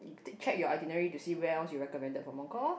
check your itinerary to see where else you recommended for Mong kok orh